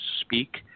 speak